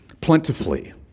plentifully